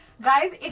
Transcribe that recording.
Guys